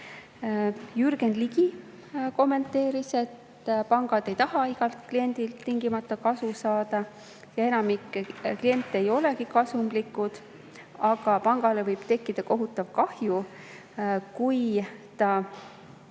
Jürgen Ligi kommenteeris, et pangad ei taha iga kliendi pealt tingimata kasu saada ja enamik kliente ei olegi kasumlikud, aga pangale võib tekkida kohutav kahju, kui ta